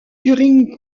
turing